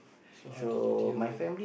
so how did you deal with